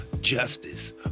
Justice